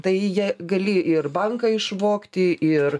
tai jie gali ir banką išvogti ir